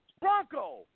Bronco